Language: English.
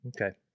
Okay